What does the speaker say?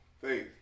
faith